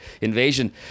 invasion